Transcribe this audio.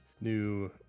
new